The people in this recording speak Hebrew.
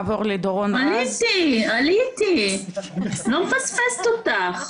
עליתי, עליתי, לא מפספסת אותך.